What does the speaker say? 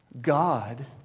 God